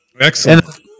Excellent